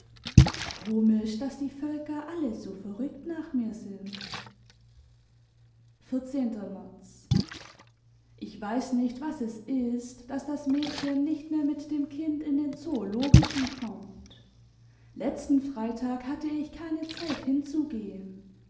komisch daß die völker alle so verrückt nach mir sind mrz ich weiß nicht was es ist daß das mädchen nicht mehr mit dem kind in den zoologischen kommt letzten freitag hatte ich keine zeit hinzugehen